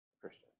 Christian